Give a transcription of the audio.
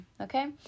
okay